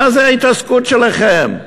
מה זה ההתעסקות שלכם?